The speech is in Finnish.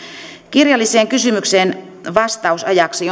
kirjalliseen kysymykseen vastausajaksi